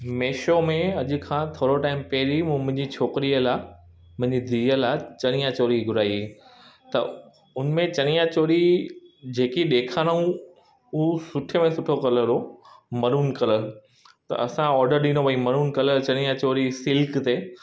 मीशो में अॼ खां थोरे टाइम पहिरीं मूं मुंहिंजी छोकरीअ लाइ मुंहिंजी धीउ लाइ चनियां चोली घुराई त उन में चनियां चोली जे की ॾेखारूं उहा सुठे में सुठो कलर हुओ मरून कलर त असां ऑडर ॾिनो भई मरून कलर चनियां चोली सिल्क ते